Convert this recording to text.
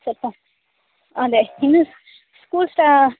ಸ್ವಲ್ಪ ಅದೆ ಇನ್ನು ಸ್ಕೂಲ್ ಸ್ಟಾ